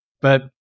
But-